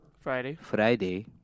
Friday